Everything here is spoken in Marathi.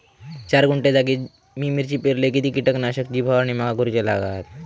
चार गुंठे जागेत मी मिरची पेरलय किती कीटक नाशक ची फवारणी माका करूची लागात?